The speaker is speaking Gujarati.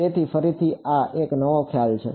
તેથી ફરીથી આ એક નવો ખ્યાલ છે